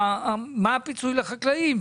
מה הפיצוי שיינתן לחקלאים.